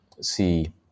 see